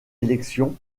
élection